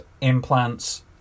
implants